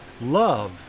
love